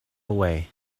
away